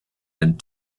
and